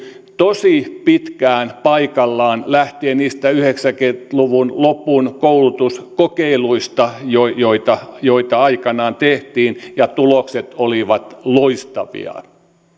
tosi pitkään paikallaan lähtien niistä yhdeksänkymmentä luvun lopun koulutuskokeiluista joita joita aikanaan tehtiin ja tulokset olivat loistavia